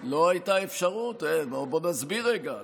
לא הייתה אפשרות, בוא נסביר רגע.